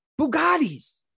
Bugattis